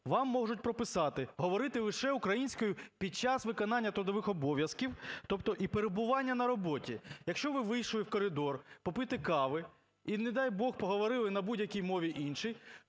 вам можуть прописати говорити лише українською під час виконання трудових обов'язків, тобто… і перебування на роботі. Якщо ви вийшли в коридор попити кави і, не дай, Бог, поговорили на будь-якій мові іншій,